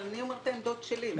אני אומרת את העמדות שלי.